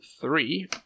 three